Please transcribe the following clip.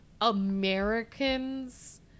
Americans